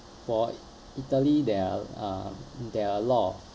for italy there are uh there are a lot of